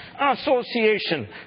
association